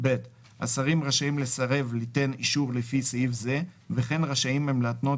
השרים רשאים לסרב ליתן אישור לפי סעיף זה וכן רשאים הם להתנות